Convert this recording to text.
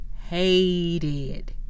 hated